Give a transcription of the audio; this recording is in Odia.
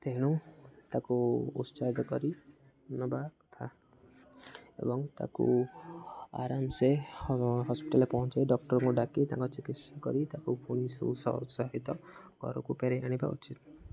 ତେଣୁ ତାକୁ ଉତ୍ସାହିତ କରି ନେବା କଥା ଏବଂ ତାକୁ ଆରାମସେ ହସ୍ପିଟାଲ୍ରେ ପହଞ୍ଚେଇ ଡ଼କ୍ଟର୍ଙ୍କୁ ଡ଼ାକି ତାଙ୍କ ଚିକିତ୍ସା କରି ତାକୁ ପୁଣି ଉତ୍ସାହିତ ଘରକୁ ଫେରେଇ ଆଣିବା ଉଚିତ୍